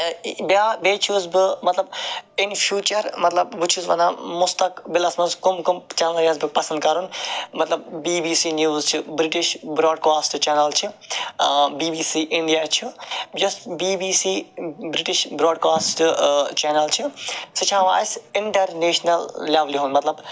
بیاکھ بیٚیہِ چھُس بہٕ مَطلَب اِن فیوچر بہٕ چھُس وَنان مُستَقبِلَس مَنٛز کم کم چَنلہٕ یَژھِ بہٕ پَسَنٛد کَرُن مَطلَب بی بی سی نِوٕز چھِ برٹِش بروڈکاسٹ چَنَل چھِ بی بی سی اِنڈیا چھِ یوٚس B B C British broadcast channel چھِ سُہ چھِ ہاوان اسہ اِنٹرنیشنل لیٚولہِ ہُنٛد مَطلَب